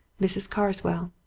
mrs. carswell.